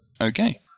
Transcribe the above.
Okay